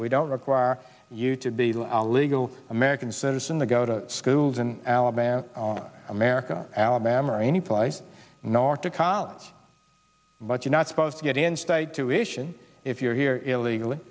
we don't require you to be law legal american citizen to go to schools and alabama on america alabama or anyplace narked a college but you're not supposed to get in state tuition if you're here illegally